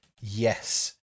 yes